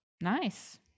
Nice